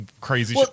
crazy